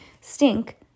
Stink